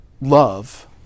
love